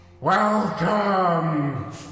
Welcome